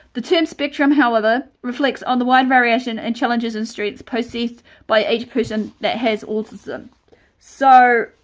the term spectrum however reflects on the wide variation and challenges and strengths processed by each person that has autism so